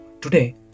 Today